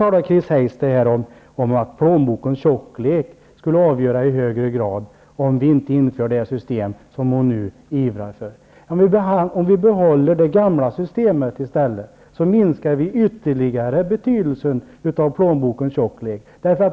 Chris Heister talar om att plånbokens tjocklek skulle avgöra i högre grad om vi inte inför det system som hon nu ivrar för. Om vi behåller det gamla systemet i stället så minskar vi ytterligare betydelsen av plånbokens tjocklek.